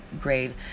grade